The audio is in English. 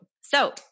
So-